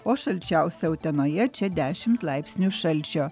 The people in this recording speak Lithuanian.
o šalčiausia utenoje čia dešimt laipsnių šalčio